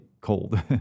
cold